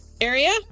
area